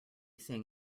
seeing